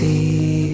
See